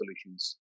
solutions